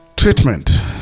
Treatment